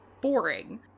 boring